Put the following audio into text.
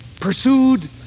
Pursued